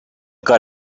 got